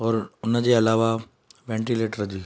और उनजे अलावा वेंटीलेटर जी